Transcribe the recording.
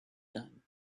done